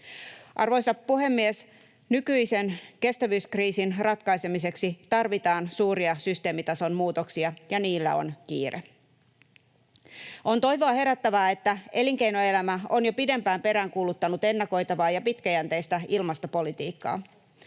Arvoisa puhemies! Nykyisen kestävyyskriisin ratkaisemiseksi tarvitaan suuria systeemitason muutoksia, ja niillä on kiire. On toivoa herättävää, että elinkeinoelämä on jo pidempään peräänkuuluttanut ennakoitavaa ja pitkäjänteistä ilmastopolitiikkaa.